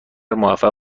موفق